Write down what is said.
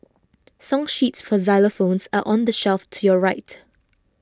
song sheets for xylophones are on the shelf to your right